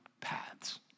paths